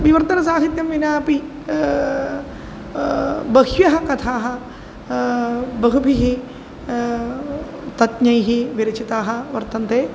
विवर्तनसाहित्यं विनापि बह्व्यः कथाः बहुभिः तत्नैः विरचिताः वर्तन्ते